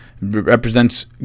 represents